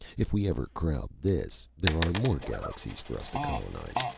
if we ever crowd this, there are more galaxies for us to colonize,